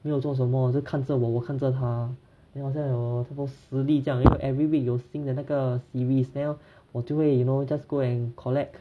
没有做什么只是看着我我看着它 then after that hor 差不多十粒这样 then every week 有新的那个 series then hor 我就会 you know just go and collect